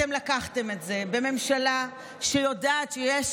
אתם לקחתם את זה בממשלה שיודעת שיש